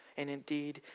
and indeed,